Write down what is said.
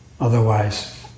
Otherwise